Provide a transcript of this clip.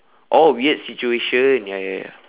oh weird situation ya ya ya